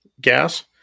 gas